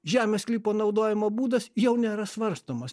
žemės sklypo naudojimo būdas jau nėra svarstomas